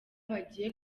bagiye